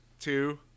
two